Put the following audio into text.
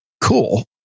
cool